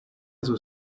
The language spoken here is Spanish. sus